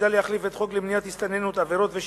שעתידה להחליף את חוק למניעת הסתננות (עבירות ושיפוט),